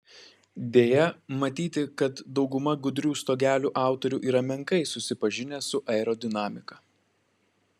deja matyti kad dauguma gudrių stogelių autorių yra menkai susipažinę su aerodinamika